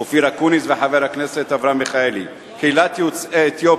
הצעת החוק להרחבת ייצוג הולם לבני העדה האתיופית